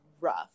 rough